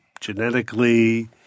genetically